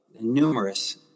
numerous